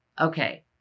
Okay